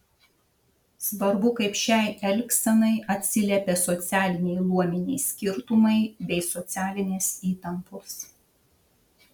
svarbu kaip šiai elgsenai atsiliepė socialiniai luominiai skirtumai bei socialinės įtampos